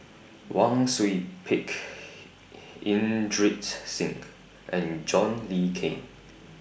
Wang Sui Pick Inderjit Singh and John Le Cain